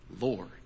Lord